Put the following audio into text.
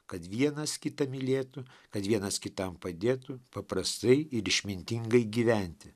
kad vienas kitą mylėtų kad vienas kitam padėtų paprastai ir išmintingai gyventi